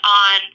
on